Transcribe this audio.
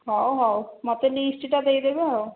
ହେଉ ହେଉ ମୋତେ ଲିଷ୍ଟଟା ଦେଇଦେବେ ଆଉ